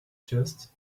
just